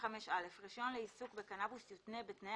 25א.רישיון לעיסוק בקנאבוס יותנה בתנאי